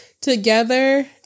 together